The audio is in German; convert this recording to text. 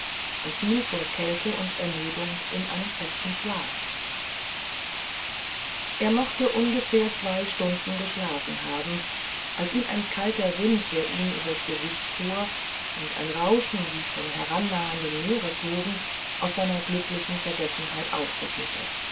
und fiel vor kälte und ermüdung in einen festen schlaf er mochte ungefähr zwei stunden geschlafen haben als ihn ein kalter wind der ihm übers gesicht fuhr und ein rauschen wie von herannahenden meereswogen aus seiner glücklichen selbstvergessenheit aufrüttelte